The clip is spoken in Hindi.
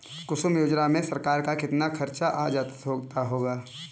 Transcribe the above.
कुसुम योजना में सरकार का कितना खर्चा आ जाता होगा